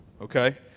okay